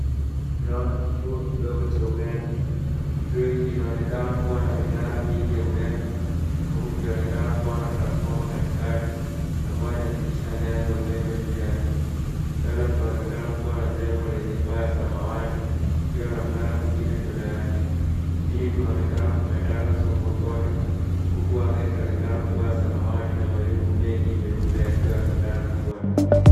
Tunaona kituo kidogo cha umeme. Kituo hiki kinaonekana kuwa na minara mingi ya umeme huku kukionekana kuwa na transfoma katikati ambayo inapitisha nyaya za umeme juu yake. Mbele kunaonekana kuwa na jengo lenye paa ya samawati ikiwa na mnara mwingine mbele yake. Chini kunaonekana kumetandazwa kokoto huku anga ikionekana kuwa ya samawati na mawingu mengi meupe yakiwa yametanda kwote.